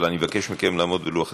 אבל אני מבקש מכם לעמוד בלוח הזמנים.